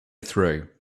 through